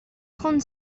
trente